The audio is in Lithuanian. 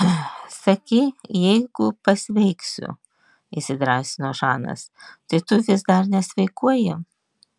sakei jeigu pasveiksiu įsidrąsino žanas tai tu vis dar nesveikuoji